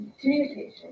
Communication